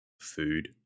food